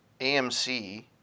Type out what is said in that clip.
AMC